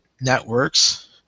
networks